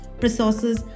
resources